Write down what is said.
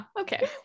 okay